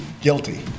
guilty